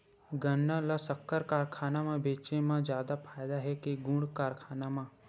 गन्ना ल शक्कर कारखाना म बेचे म जादा फ़ायदा हे के गुण कारखाना म?